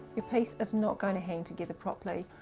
your piece is not gonna hang together properly.